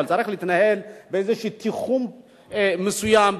אבל צריך להתנהל באיזה תיחום מסוים,